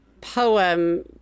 poem